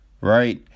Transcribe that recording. Right